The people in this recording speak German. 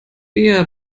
bea